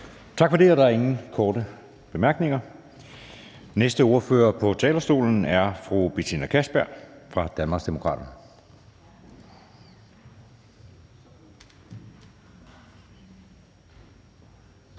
Tak for det. Der er ingen korte bemærkninger. Næste ordfører på talerstolen er fru Bettina Kastbjerg fra Danmarksdemokraterne.